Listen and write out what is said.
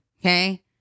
okay